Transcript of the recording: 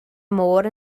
môr